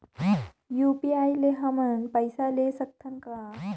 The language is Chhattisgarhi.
यू.पी.आई ले हमन पइसा ले सकथन कौन?